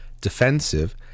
defensive